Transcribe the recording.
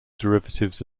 derivatives